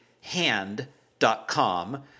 hand.com